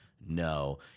no